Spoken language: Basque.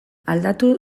aldatu